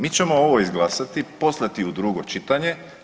Mi ćemo ovo izglasati, poslati u drugo čitanje.